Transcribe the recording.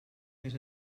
més